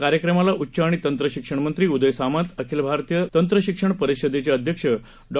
कार्यक्रमाला उच्च आणि तंत्र शिक्षण मंत्री उदय सामंत अखिल भारतीय तंत्र शिक्षण परिषदेचे अध्यक्ष डॉ